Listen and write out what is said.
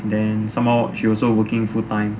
then some more she also working full time